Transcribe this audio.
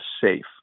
safe